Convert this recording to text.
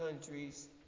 countries